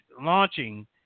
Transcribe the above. launching